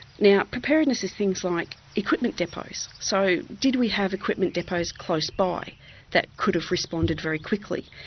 now preparedness is things like equipment depots, so did we have equipment depots close by that could have responded very quickly?